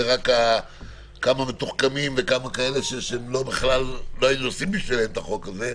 רק כמה מתוחכמים שבכלל לא היינו עושים בשבילם את החוק הזה.